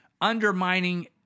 undermining